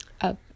up